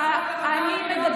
אני שואל